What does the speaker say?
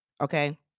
Okay